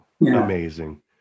Amazing